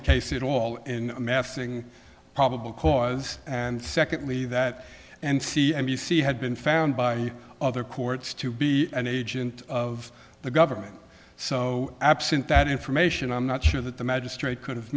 the case at all in amassing probable cause and secondly that and c and b c had been found by other courts to be an agent of the government so absent that information i'm not sure that the magistrate could have